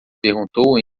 perguntou